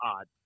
odd